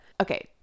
Okay